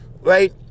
right